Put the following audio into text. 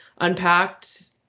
unpacked